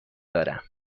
دارم